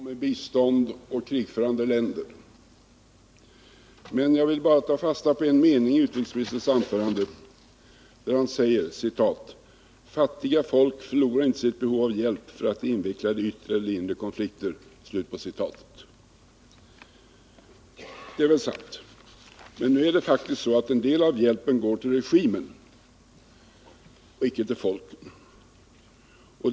Herr talman! Det är inte min avsikt att ånyo sätta i gång den diskussion som nyss fördes i kammaren om bistånd åt krigförande länder. Men jag vill bara ta fasta på en mening i utrikesministerns anförande, där han säger: ” Fattiga folk förlorar inte sitt behov av hjälp för att de är invecklade i yttre eller inre konflikter.” Detta är väl sant. Men nu är det faktiskt så att en del av hjälpen går till regimen i ett land, icke till folket.